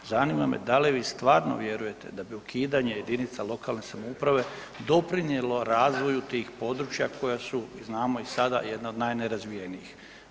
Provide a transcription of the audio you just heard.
Zanima me da li vi stvarno vjerujete da bi ukidanje jedinica lokalne samouprave doprinijelo razvoju tih područja koja su znamo i sada jedna od najnerazvijenijih?